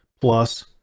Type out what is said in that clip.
plus